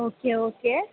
okay okay